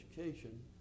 education